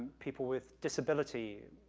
people with disability,